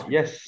Yes